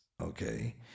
okay